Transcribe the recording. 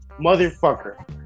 motherfucker